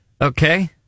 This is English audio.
okay